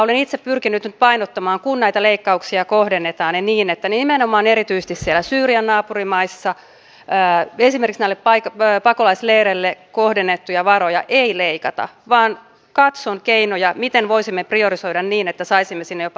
olen itse pyrkinyt nyt painottamaan että kun näitä leikkauksia kohdennetaan kohdennetaan ne niin että nimenomaan erityisesti siellä syyrian naapurimaissa esimerkiksi näille pakolaisleireille kohdennettuja varoja ei leikata vaan katson keinoja miten voisimme priorisoida niin että saisimme sinne jopa lisäpanostuksia